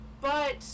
But-